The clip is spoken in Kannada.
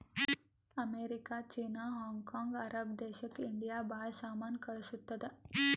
America, China, Hong Kong, Arab ದೇಶಕ್ ಇಂಡಿಯಾ ಭಾಳ ಸಾಮಾನ್ ಕಳ್ಸುತ್ತುದ್